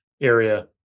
area